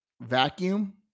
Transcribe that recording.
vacuum